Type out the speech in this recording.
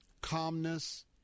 calmness